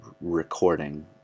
recording